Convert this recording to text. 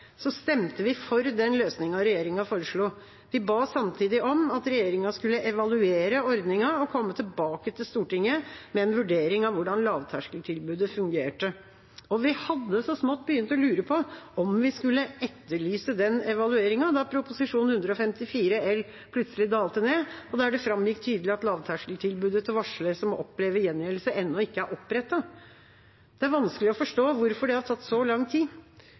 stemte vi for den løsningen regjeringa foreslo. Vi ba samtidig om at regjeringa skulle evaluere ordningen og komme tilbake til Stortinget med en vurdering av hvordan lavterskeltilbudet fungerte. Vi hadde så smått begynt å lure på om vi skulle etterlyse den evalueringen, da Prop. 154 L plutselig dalte ned, der det framgikk tydelig at lavterskeltilbudet til varslere som opplever gjengjeldelse, ennå ikke er opprettet. Det er vanskelig å forstå hvorfor det har tatt så lang tid.